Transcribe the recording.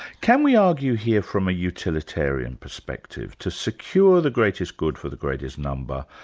can we argue here from a utilitarian perspective. to secure the greatest good for the greatest number,